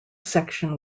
section